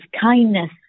kindness